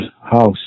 house